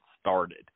started